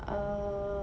err